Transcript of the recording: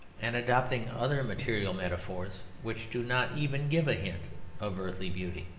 and adopting other material metaphors which do not even give a hint of earthly beauty.